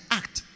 act